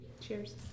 Cheers